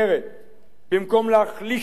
במקום להחליש את ההתיישבות,